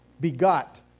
begot